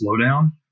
slowdown